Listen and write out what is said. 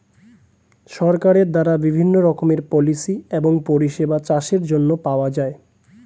সরকারের দ্বারা বিভিন্ন রকমের পলিসি এবং পরিষেবা চাষের জন্য পাওয়া যায়